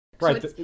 Right